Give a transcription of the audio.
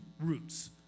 roots